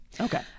okay